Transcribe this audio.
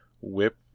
whip